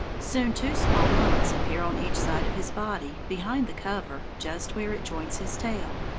soon two small lumps appear on each side of his body, behind the cover, just where it joins his tail.